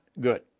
Good